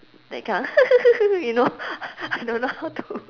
that kind of you know I don't know how to